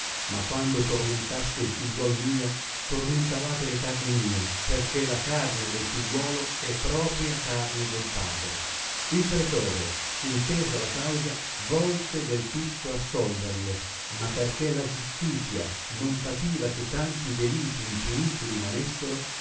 ma quando tormentaste il figliuol mio tormentavate le carni mie perchè la carne del figliuolo è propria carne del padre il pretore intesa la causa volse del tutto assolverlo ma perchè la giustitia non pativa che tanti deliti impuniti rimanessero